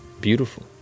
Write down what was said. beautiful